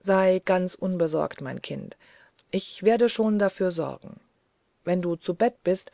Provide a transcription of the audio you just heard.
sei ganz unbesorgt mein kind ich werde schon dafür sorgen wenn du zu bett bist